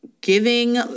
giving